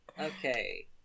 Okay